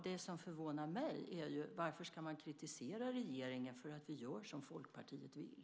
Det som förvånar mig är att man kritiserar regeringen för att vi gör som Folkpartiet vill.